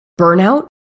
burnout